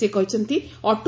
ସେ କହିଛନ୍ତି ଅଟେ